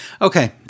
Okay